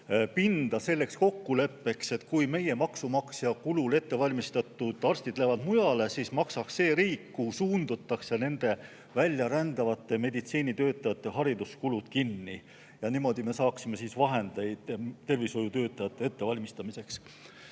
pinda selleks kokkuleppeks, et kui meie maksumaksja kulul ettevalmistatud arstid lähevad mujale, siis maksaks see riik, kuhu suundutakse, nende väljarändavate meditsiinitöötajate hariduskulud kinni. Niimoodi me saaksime vahendeid tervishoiutöötajate ettevalmistamiseks.